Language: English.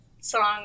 song